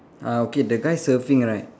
ah okay the guy surfing right